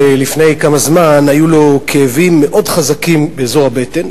שלפני זמן מה היו לו כאבים מאוד חזקים באזור הבטן,